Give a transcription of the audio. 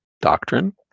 doctrine